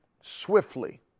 swiftly